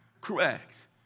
Correct